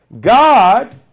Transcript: God